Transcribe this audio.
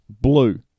Blue